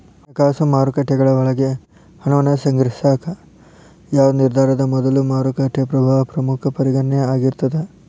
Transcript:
ಹಣಕಾಸು ಮಾರುಕಟ್ಟೆಗಳ ಒಳಗ ಹಣವನ್ನ ಸಂಗ್ರಹಿಸಾಕ ಯಾವ್ದ್ ನಿರ್ಧಾರದ ಮೊದಲು ಮಾರುಕಟ್ಟೆ ಪ್ರಭಾವ ಪ್ರಮುಖ ಪರಿಗಣನೆ ಆಗಿರ್ತದ